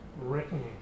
written